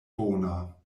bona